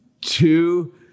two